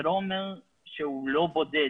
זה לא אומר שהוא לא בודד,